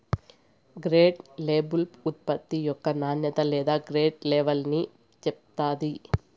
grade label ఉత్పత్తి యొక్క నాణ్యత లేదా గ్రేడ్ లెవల్ని చెప్తాది